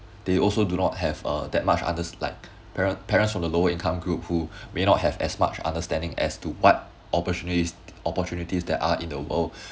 they also do not have uh that much unders~ like parents parents for the lower income group who may not have as much understanding as to what opportunities opportunities that are in the world